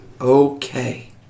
okay